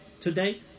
today